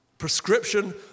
prescription